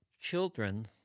children